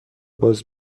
باز